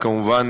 כמובן,